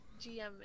GM